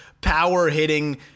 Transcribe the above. power-hitting